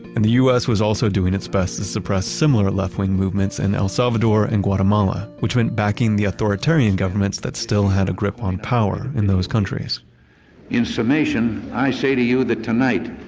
and the u s. was also doing its best to suppress similar left-wing movements in and el salvador and guatemala, which went backing the authoritarian governments that still had a grip on power in those countries in summation, i say to you that tonight,